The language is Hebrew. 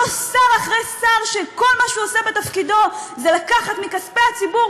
לא שר אחרי שר שכל מה שהוא עושה בתפקידו זה לקחת מכספי הציבור